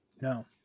No